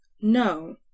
No